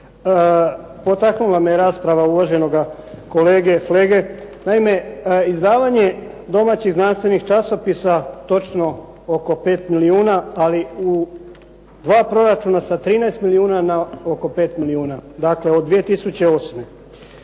potaknula me rasprava uvaženoga kolege Flege. Naime, izdavanje domaćih znanstvenih časopisa točno oko 5 milijuna, ali u dva proračuna sa 13 milijuna na oko milijuna, dakle od 2008.